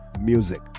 Music